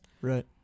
right